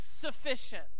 sufficient